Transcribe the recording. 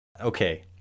Okay